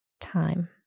time